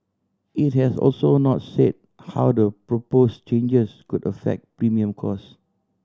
it has also not say how the propose changes could affect premium cost